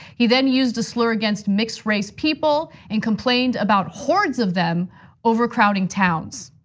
he then used a slur against mixed-race people and complained about hordes of them overcrowding towns.